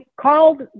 called